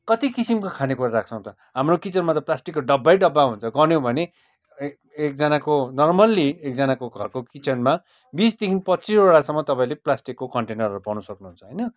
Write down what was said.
कति किसिमको खानेकुरा राख्छौँ त हाम्रो किचनमा त प्लास्टिकको डब्बै डब्बा हुन्छ गन्यो भने एक एकजनाको नर्मल्ली एकजनाको घरको किचनमा बिस देखिन् पच्चिसवटासम्म तपाईँले प्लास्टिकको कन्टेनरहरू पाउन सक्नुहुन्छ होइन